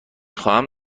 خواهم